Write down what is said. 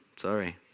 Sorry